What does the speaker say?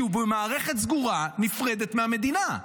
כי הוא במערכת סגורה, נפרדת מהמדינה.